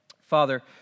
Father